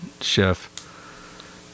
chef